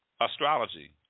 Astrology